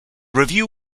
review